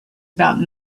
about